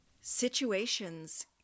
Situations